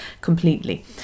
completely